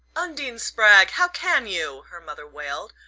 undine spragg how can you? her mother wailed,